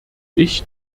ich